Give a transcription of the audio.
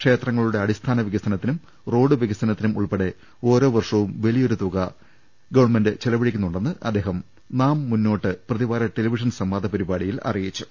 ക്ഷേത്രങ്ങളുടെ അടിസ്ഥാന വികസനത്തിനും റോഡ് വികസനത്തിനും ഉൾപ്പെടെ ഓരോ വർഷവും വലി യൊരു തുക ഗവൺമെന്റ് ചെലവഴിക്കുന്നുണ്ടെന്ന് അദ്ദേഹം നാം മുന്നോട്ട് പ്രതിവാര ടെലിവിഷൻ സംവാദ പരിപാടിയിൽ അറിയിച്ചു